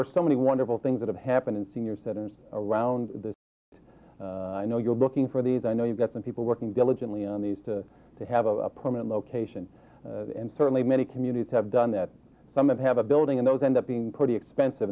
are so many wonderful things that have happened in senior centers around the i know you're looking for these i know you've got some people working diligently on these to to have a permanent location and certainly many communities have done that some of have a building in those ends up being pretty expensive